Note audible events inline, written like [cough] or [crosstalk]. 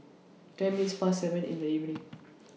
ten [noise] minutes Past seven in The evening [noise]